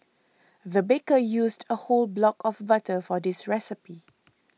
the baker used a whole block of butter for this recipe